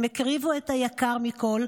הם הקריבו את היקר מכול,